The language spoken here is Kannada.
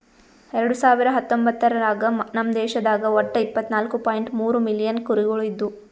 ಎರಡು ಸಾವಿರ ಹತ್ತೊಂಬತ್ತರಾಗ ನಮ್ ದೇಶದಾಗ್ ಒಟ್ಟ ಇಪ್ಪತ್ನಾಲು ಪಾಯಿಂಟ್ ಮೂರ್ ಮಿಲಿಯನ್ ಕುರಿಗೊಳ್ ಇದ್ದು